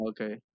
okay